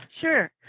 Sure